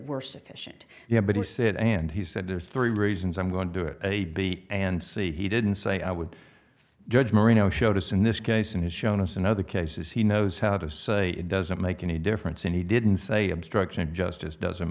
know but he said and he said there's three reasons i'm going to do it a b and c he didn't say i would judge marino showed us in this case and has shown us in other cases he knows how to say it doesn't make any difference and he didn't say obstruction of justice doesn't